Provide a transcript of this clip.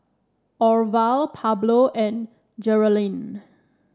Orval Pablo and Geralyn